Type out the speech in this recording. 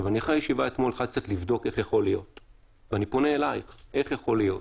אחרי הישיבה אתמול התחלתי קצת לבדוק איך זה יכול להיות.